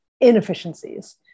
inefficiencies